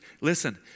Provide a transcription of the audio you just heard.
listen